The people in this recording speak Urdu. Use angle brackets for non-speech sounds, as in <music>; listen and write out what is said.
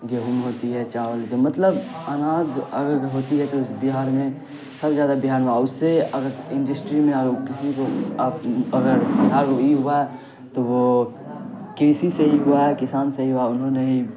گیہوں ہوتی ہے چاول مطلب اناج اگر ہوتی ہے تو بہار میں سب سے زیادہ بہار میں <unintelligible> اور اس سے اگر انڈسٹری میں اگر کسی کو اب اگر <unintelligible> ہوا ہے تو وہ کرسی سے ہی ہوا ہے کسان سے ہی ہوا ہے انہوں نے ہی